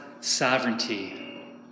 sovereignty